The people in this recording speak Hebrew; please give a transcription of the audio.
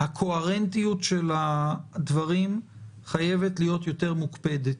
הקוהרנטיות של הדברים חייבת להיות יותר מוקפדת.